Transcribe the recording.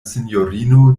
sinjorino